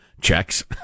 Checks